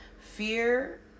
fear